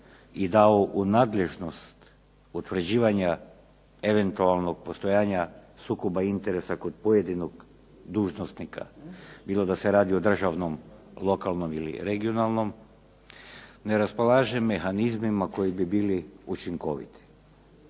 i dao u nadležnost utvrđivanja eventualnog postojanja sukoba interesa kod pojedinog dužnosnika, bilo da se radi o državnom, lokalnom ili regionalnom, ne raspolaže mehanizmima koji bi bili učinkoviti,